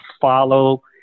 follow